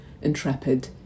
intrepid